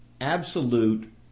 absolute